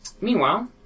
Meanwhile